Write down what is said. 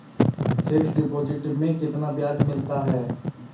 Fix deposit में कितना ब्याज मिलता है?